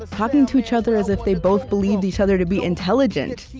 talking to each other as if they both believed each other to be intelligent,